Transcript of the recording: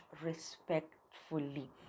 respectfully